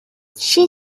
she